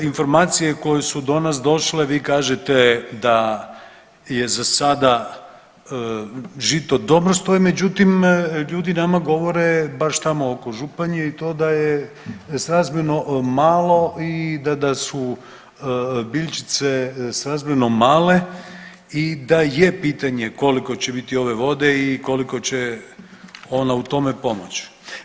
Informacije koje su do nas došle vi kažete da je za sada žito dobro stoji, međutim ljudi nama govore baš tamo oko Županje i to da je srazmjerno malo i da su biljčice srazmjerno male i da je pitanje koliko će biti ove vode i koliko će ona u tome pomoći.